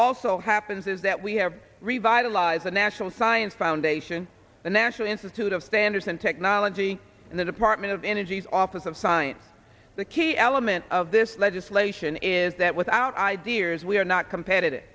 also happens is that we have revitalize the national science foundation the national institute of standards and technology and the department of energy's office of science the key element of this legislation is that without ideas we are not competitive